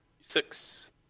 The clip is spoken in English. Six